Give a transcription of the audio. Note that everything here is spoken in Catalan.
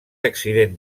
accident